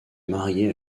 marier